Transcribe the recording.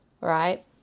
right